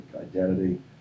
identity